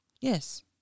Yes